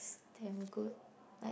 damn good like